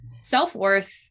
self-worth